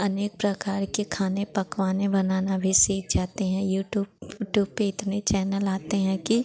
अनेक प्रकार के खाने पकवानें बनाना भी सीख जाते हैं यूटूब यूटूब पर इतने चैनल आते हैं कि